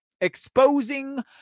Exposing